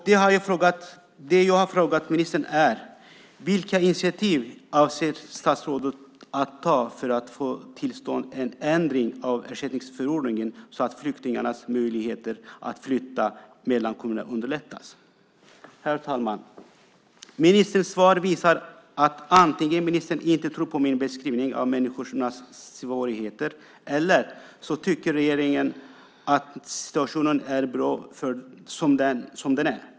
Det jag har frågat ministern är: Vilka initiativ avser statsrådet att ta för att få till stånd en ändring av ersättningsförordningen så att flyktingarnas möjligheter att flytta mellan kommunerna underlättas? Herr talman! Ministerns svar visar att antingen tror inte ministern på min beskrivning av människornas svårigheter eller också tycker regeringen att situationen är bra som den är.